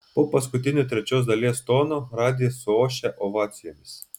po paskutinio trečios dalies tono radijas suošia ovacijomis